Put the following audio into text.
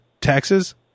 taxes